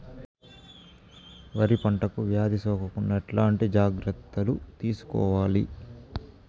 వరి పంటకు వ్యాధి సోకకుండా ఎట్లాంటి జాగ్రత్తలు తీసుకోవాలి?